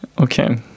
Okay